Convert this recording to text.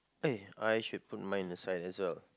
eh I should put mine aside as well